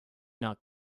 not